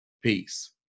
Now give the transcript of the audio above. peace